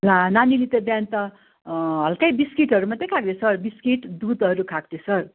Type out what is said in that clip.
ला नानीले त बिहान त हलकै बिस्किटहरू मात्रै खाएको थियो सर बिस्किट दुधहरू खाएको थियो सर